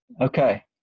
Okay